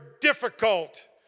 difficult